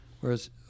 Whereas